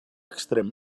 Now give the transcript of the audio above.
extrem